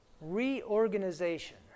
Reorganization